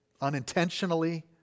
unintentionally